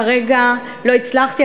כרגע לא הצלחתי.